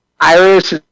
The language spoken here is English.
Iris